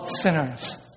sinners